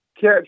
catch